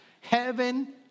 heaven